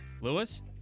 lewis